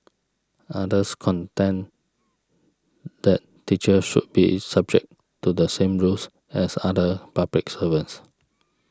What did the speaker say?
others contend that teachers should be subject to the same rules as other public servants